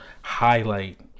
highlight